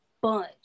bunch